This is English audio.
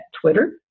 Twitter